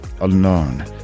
alone